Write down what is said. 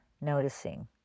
noticing